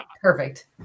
perfect